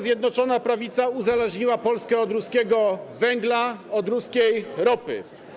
Zjednoczona Prawica uzależniła Polskę od ruskiego węgla, od ruskiej ropy.